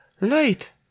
light